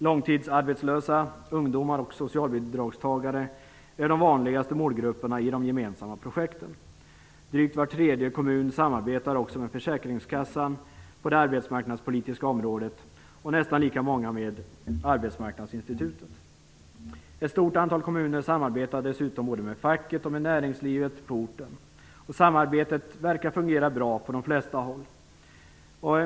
Långtidsarbetslösa, ungdomar och socialbidragstagare är de vanligaste målgrupperna i de gemensamma projekten. Drygt var tredje kommun samarbetar också med försäkringskassan på det arbetsmarknadspolitiska området och nästan lika många med Arbetsmarknadsinstitutet. Ett stort antal kommuner samarbetar dessutom både med facket och näringslivet på orten. Samarbetet verkar fungera bra på de flesta håll.